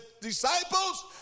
Disciples